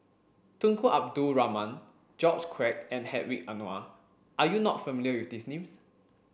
Tunku Abdul Rahman George Quek and Hedwig Anuar are you not familiar with these names